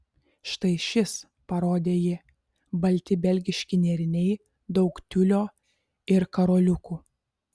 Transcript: štai šis parodė ji balti belgiški nėriniai daug tiulio ir karoliukų